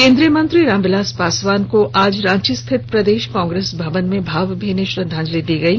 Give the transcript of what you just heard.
केंद्रीय मंत्री रामविलास पासवान को आज रांची स्थित प्रदेश कांग्रेस भवन में भावभीनी श्रद्धांजलि दी गयी